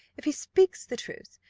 if he speaks the truth,